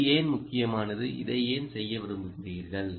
இது ஏன் முக்கியமானது இதை ஏன் செய்ய விரும்புகிறீர்கள்